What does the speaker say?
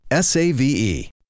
SAVE